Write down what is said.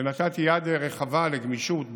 ונתתי יד רחבה לגמישות בדיונים,